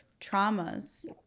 traumas